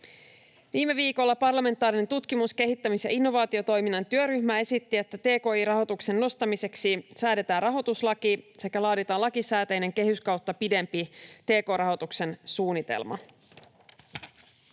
Viime viikolla parlamentaarinen tutkimus‑, kehittämis‑ ja innovaatiotoiminnan työryhmä esitti, että tki-rahoituksen nostamiseksi säädetään rahoituslaki sekä laaditaan lakisääteinen kehyskautta pidempi tk-rahoituksen suunnitelma.